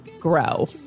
Grow